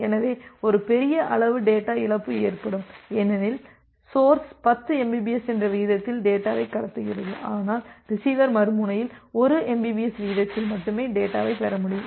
எனவே ஒரு பெரிய அளவு டேட்டா இழப்பு ஏற்படும் ஏனெனில் சோர்ஸ் 10 mbps என்ற விகிதத்தில் டேட்டாவை கடத்துகிறது ஆனால் ரிசீவர் மறுமுனையில் 1 mbps விகிதத்தில் மட்டுமே டேட்டாவைப் பெற முடியும்